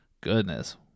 Goodness